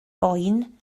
boen